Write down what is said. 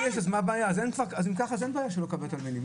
אם ככה, אין בעיה שלא מקבלים תלמידים.